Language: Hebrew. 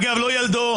אגב, לא ילדו.